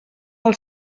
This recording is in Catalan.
del